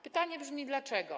Pytanie brzmi: Dlaczego?